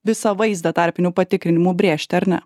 visą vaizdą tarpinių patikrinimų brėžti ar ne